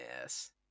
yes